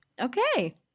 Okay